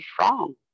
wrong